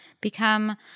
become